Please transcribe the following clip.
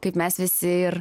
kaip mes visi ir